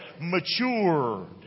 matured